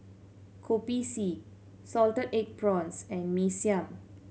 Kopi C salted egg prawns and Mee Siam